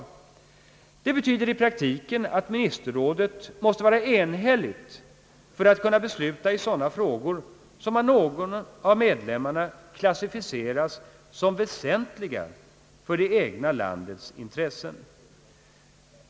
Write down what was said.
Detta betyder i praktiken att ministerrådet måste vara enhälligt för att kunna besluta i sådana frågor som av någon av medlemmarna klassificeras som väsentliga för det egna landets intressen.